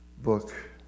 book